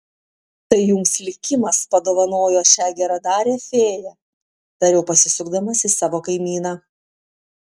tai jums likimas padovanojo šią geradarę fėją tariau pasisukdamas į savo kaimyną